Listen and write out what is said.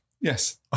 Yes